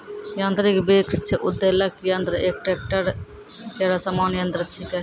यांत्रिक वृक्ष उद्वेलक यंत्र एक ट्रेक्टर केरो सामान्य यंत्र छिकै